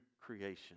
creation